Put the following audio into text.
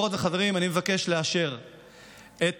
חברות וחברים, אני מבקש לאשר את